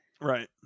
Right